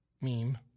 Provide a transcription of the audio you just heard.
meme